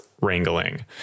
wrangling